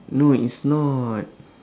no it's not